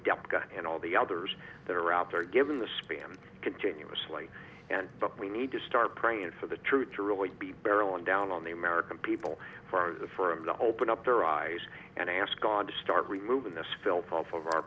dept and all the others that are out there given the spam continuously and we need to start praying for the truth to really be barreling down on the american people for the firm to open up their eyes and ask god to start removing the skillful of our